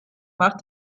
macht